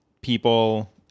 people